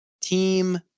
team